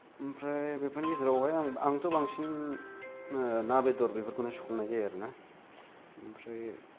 ओमफ्राय बेफोरनि गेजेरावहाय आं आंथ' बांसिन ना बेदर बेफोरखौनो संनाय जायो आरोना ओमफ्राय